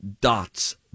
dots